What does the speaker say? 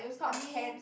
I mean